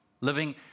living